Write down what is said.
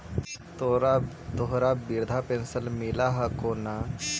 तोहरा वृद्धा पेंशन मिलहको ने?